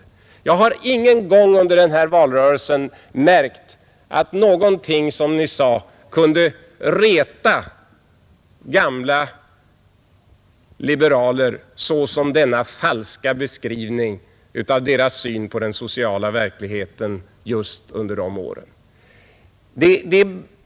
Jag har inte någon gång under den här valrörelsen märkt att någonting som Ni sagt retat gamla liberaler så mycket som denna falska beskrivning av deras syn på den sociala verkligheten just under de åren.